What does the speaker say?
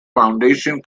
foundation